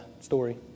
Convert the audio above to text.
story